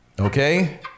Okay